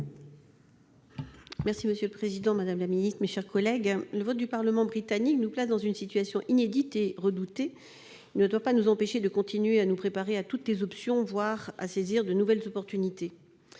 La parole est à Mme Hélène Conway-Mouret. Le vote du Parlement britannique nous place dans une situation inédite et redoutée. Il ne doit pas nous empêcher de continuer à nous préparer à toutes les options, voire à saisir de nouvelles opportunités.